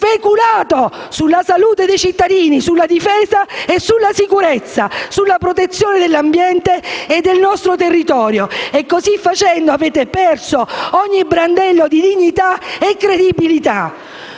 speculato sulla salute dei cittadini, sulla difesa e sulla sicurezza, sulla protezione dell'ambiente e del nostro territorio e, cosi facendo, avete perso ogni brandello di dignità e credibilità.